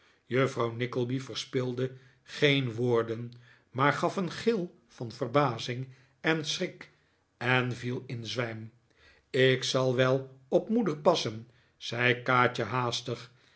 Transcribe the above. juffrouw nickleby verspilde geen woorden maar gaf een gil van verbazing en schrik en viel in zwijm ik zal wel op moeder passen zei kaatje haastig